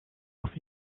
auf